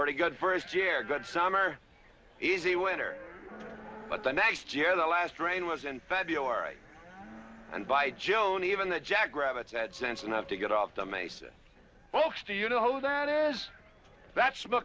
pretty good first year good summer easy winter but the next year the last train was in february and by june even the jackrabbits had sense enough to get off the mesa folks do you know who that is that's